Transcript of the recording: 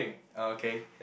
oh okay